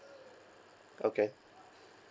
okay